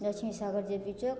Lakshmi Sagar J P Chowk